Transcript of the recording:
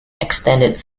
extended